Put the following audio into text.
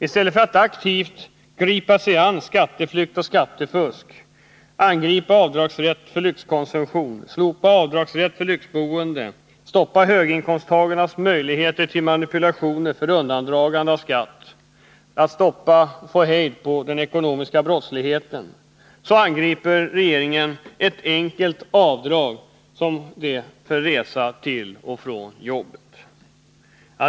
I stället för att aktivt gripa sig an skatteflykt och skattefusk, angripa avdragsrätten för lyxkonsumtion, slopa avdragsrätt för lyxboende, stoppa höginkomsttagarnas möjligheter till manipulationer för undandragande av skatt och få hejd på den ekonomiska brottsligheten angriper regeringen ett enkelt avdrag som det för resa till och från jobbet.